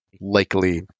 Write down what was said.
likely